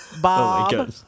Bob